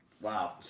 Wow